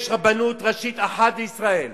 יש רבנות ראשית אחת לישראל.